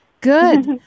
Good